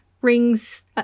rings